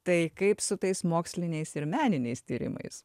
tai kaip su tais moksliniais ir meniniais tyrimais